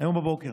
היום בבוקר,